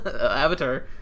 Avatar